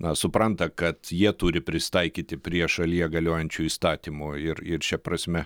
na supranta kad jie turi prisitaikyti prie šalyje galiojančių įstatymų ir ir šia prasme